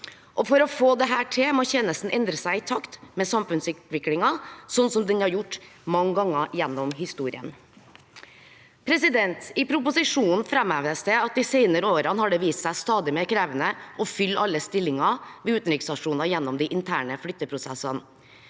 for å få det til må tjenesten endre seg i takt med samfunnsutviklingen, som den har gjort mange ganger gjennom historien. I proposisjonen framheves det at det de senere årene har vist seg stadig mer krevende å fylle alle stillingene ved utenriksstasjonene gjennom de interne flytteprosessene.